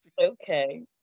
Okay